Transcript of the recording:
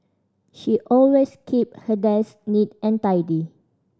she always keep her desk neat and tidy